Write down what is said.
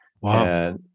Wow